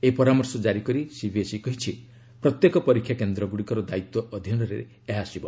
ଏହି ପରାମର୍ଶ ଜାରି କରି ସିବିଏସ୍ଇ କହିଛି ପ୍ରତ୍ୟେକ ପରୀକ୍ଷା କେନ୍ଦ୍ରଗ୍ରଡ଼ିକର ଦାୟିତ୍ୱ ଅଧୀନରେ ଏହା ଆସିବ